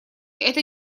это